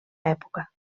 època